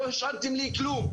לא השארתם לי כלום.